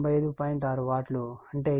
6 watt అంటే ఇది